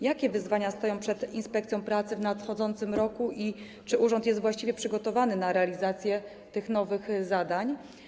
Jakie wyzwania stoją przed inspekcją pracy w nadchodzącym roku i czy urząd jest właściwie przygotowany do realizacji tych nowych zadań?